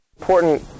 important